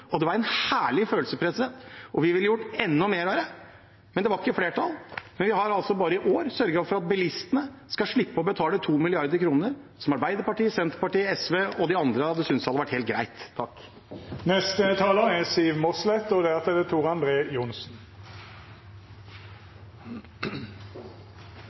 og det var en herlig følelse. Vi ville gjort enda mer av det, men det var ikke flertall. Men vi har altså bare i år sørget for at bilistene skal slippe å betale 2 mrd. kr – som Arbeiderpartiet, Senterpartiet og SV og de andre hadde syntes var helt greit. Representanten Johnsen spekulerer om mitt gode humør og spør om det